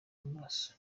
amaraso